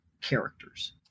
characters